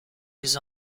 his